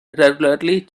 regularly